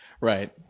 Right